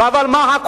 אבל מה?